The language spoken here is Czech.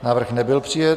Návrh nebyl přijat.